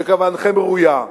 שכוונתכם ראויה.